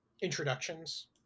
introductions